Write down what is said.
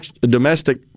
domestic